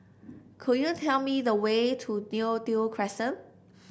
could you tell me the way to Neo Tiew Crescent